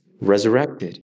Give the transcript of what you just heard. resurrected